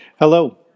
Hello